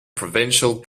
provincial